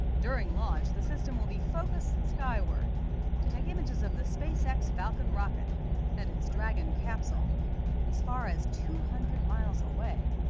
during launch the system will be focused skyward to take images of the space x falcon rocket and its dragon capsule as far as two hundred miles away.